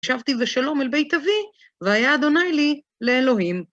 ושבתי בשלום אל בית אבי, והיה אדוניי לי לאלוהים.